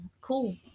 Cool